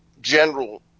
general